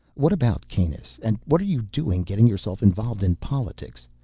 what about kanus? and what are you doing, getting yourself involved in politics?